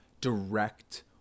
direct